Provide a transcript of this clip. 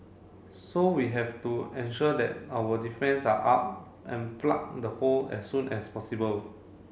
so we have to ensure that our defence are up and plug the hole as soon as possible